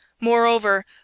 Moreover